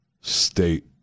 state